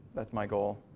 that's my goal.